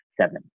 seven